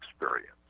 experience